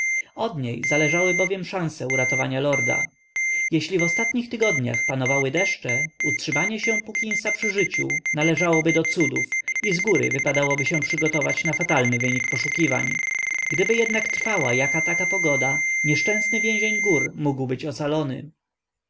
od niej zależały bowiem szanse uratowania lorda jeśli w ostatnich tygodniach panowały deszcze utrzymanie się puckinsa przy życiu należałoby do cudów i z góry wypadało się przygotować na fatalny wynik poszukiwań gdyby jednak trwała jaka taka pogoda nieszczęsny więzień gór mógł być